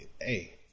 hey